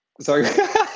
Sorry